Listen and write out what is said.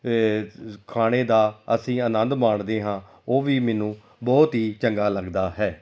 ਖਾਣੇ ਦਾ ਅਸੀਂ ਆਨੰਦ ਮਾਣਦੇ ਹਾਂ ਉਹ ਵੀ ਮੈਨੂੰ ਬਹੁਤ ਹੀ ਚੰਗਾ ਲੱਗਦਾ ਹੈ